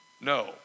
no